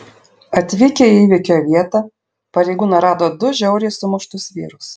atvykę į įvykio vietą pareigūnai rado du žiauriai sumuštus vyrus